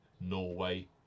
Norway